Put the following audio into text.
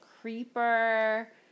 creeper